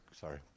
sorry